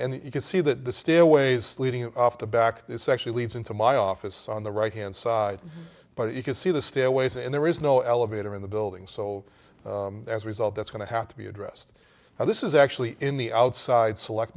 you can see that the stairway is leading off the back it's actually leads into my office on the right hand side but you can see the stairways and there is no elevator in the building so as a result that's going to have to be addressed and this is actually in the outside select